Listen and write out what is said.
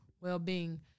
well-being